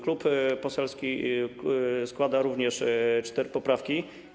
Klub poselski składa również cztery poprawki.